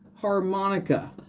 harmonica